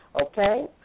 okay